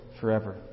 forever